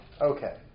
Okay